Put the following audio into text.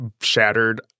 shattered